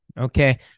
Okay